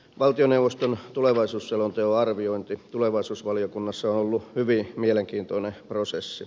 valtioneuvoston tulevaisuusselonteon arviointi tulevaisuusvaliokunnassa on ollut hyvin mielenkiintoinen prosessi